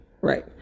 Right